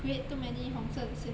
create too many 红色的线